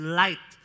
light